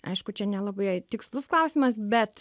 aišku čia nelabai tikslus klausimas bet